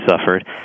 suffered